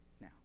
now